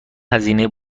هزینه